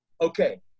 Okay